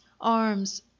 arms